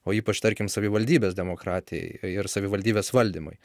o ypač tarkim savivaldybės demokratijai ir savivaldybės valdymui